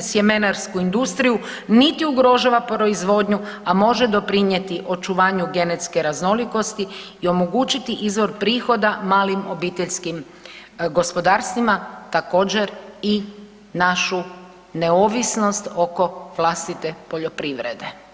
sjemenarsku industriju niti ugrožava proizvodnju a može doprinijeti očuvanju genetske raznolikosti i omogućiti izvor prihoda malim obiteljskim gospodarstvima, također i našu neovisnost oko vlastite poljoprivrede.